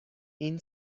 این